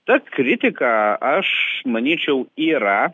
ta kritika aš manyčiau yra